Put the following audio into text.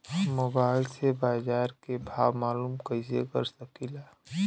हम मोबाइल से बाजार के भाव मालूम कइसे कर सकीला?